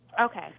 Okay